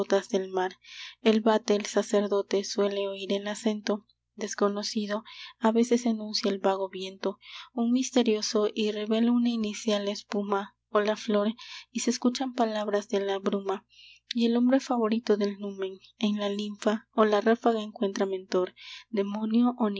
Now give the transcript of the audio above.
del mar el vate el sacerdote suele oir el acento desconocido a veces enuncia el vago viento un misterio y revela una inicial la espuma o la flor y se escuchan palabras de la bruma y el hombre favorito del numen en la linfa o la ráfaga encuentra mentor demonio